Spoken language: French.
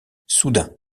soudain